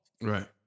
Right